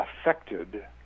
affected